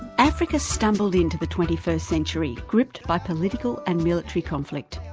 africa stumbled into the twenty first century gripped by political and military conflict.